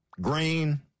Green